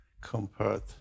compared